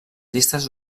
llistes